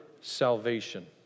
salvation